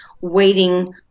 waiting